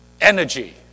energy